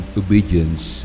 obedience